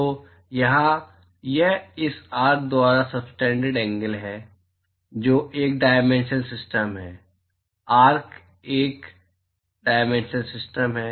तो यहाँ यह इस आर्क द्वारा सबटेन्डेड एंगल है जो 1 डायमेंशनल सिस्टम है आर्क एक 1 डायमेंशनल सिस्टम है